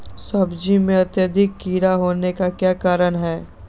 सब्जी में अत्यधिक कीड़ा होने का क्या कारण हैं?